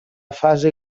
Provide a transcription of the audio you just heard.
fase